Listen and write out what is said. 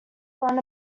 learn